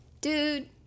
dude